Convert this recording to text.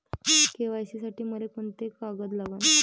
KYC साठी मले कोंते कागद लागन?